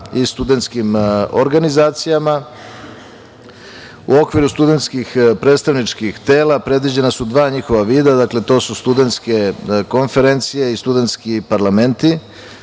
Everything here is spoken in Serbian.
i studentskim organizacijama, u okviru studentskih predstavničkih tela predviđena su dva njihova vida. Dakle, to su studentske konferencije i studentski parlamenti.